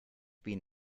been